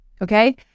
Okay